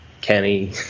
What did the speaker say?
Kenny